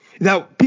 Now